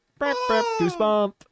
goosebump